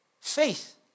faith